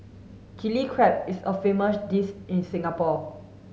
Chilli Crab is a famous dish in Singapore